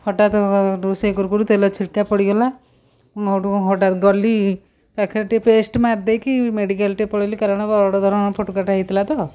ହଠାତ୍ ରୋଷେଇ କରୁ କରୁ ତେଲ ଛିଟିକା ପଡ଼ିଗଲା ମୁଁ ସେଇଠୁ ହଠାତ୍ ଗଲି ପାଖରେ ଟିକିଏ ପେଷ୍ଟ୍ ମାରି ଦେଇକି ମେଡ଼ିକାଲ୍ଟେ ପଳେଇଲି କାରଣ ବଡ଼ ଧରଣର ଫୋଟକାଟା ହେଇଥିଲା ତ